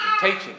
teaching